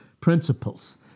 Principles